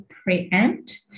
preempt